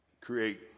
create